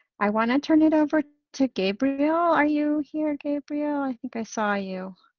i wanna turn it over to gabriel. are you here, gabriel? i think i saw you.